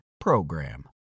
PROGRAM